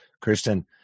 Kristen